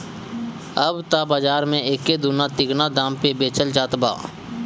अब त बाज़ार में एके दूना तिगुना दाम पे बेचल जात बा